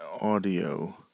audio